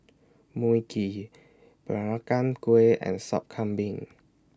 Mui Kee Peranakan Kueh and Sop Kambing